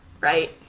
right